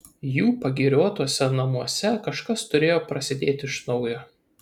jų pagiriotuose namuose kažkas turėtų prasidėti iš naujo